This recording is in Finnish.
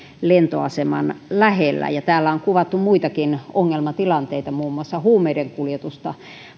lentoaseman lähellä ja täällä on kuvattu muitakin ongelmatilanteita muun muassa huumeiden kuljetusta